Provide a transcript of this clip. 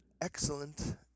Excellent